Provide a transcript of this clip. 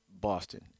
Boston